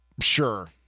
sure